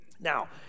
Now